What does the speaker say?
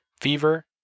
fever